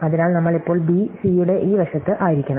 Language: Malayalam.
അതിനാൽ നമ്മൾ ഇപ്പോൾ b c യുടെ ഈ വശത്ത് ആയിരിക്കണം